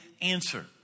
answer